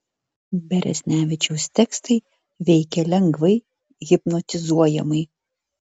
beresnevičiaus tekstai veikia lengvai hipnotizuojamai